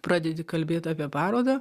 pradedi kalbėt apie parodą